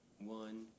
one